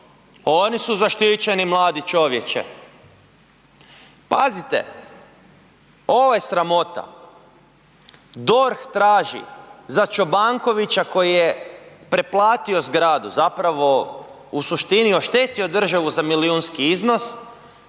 oni su zaštićeni mladi čovječe. Pazite, ovo je sramota, DORH traži za Čobankovića koji je pretplatio zgradu zapravo u suštini oštetio državu za milijunski iznos